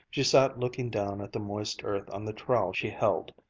she sat looking down at the moist earth on the trowel she held,